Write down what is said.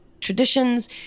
traditions